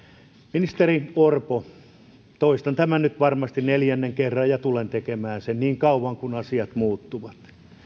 ministeri orpo toistan tämän nyt varmasti neljännen kerran ja tulen tekemään sen niin kauan kunnes asiat muuttuvat